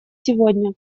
сегодня